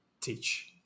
teach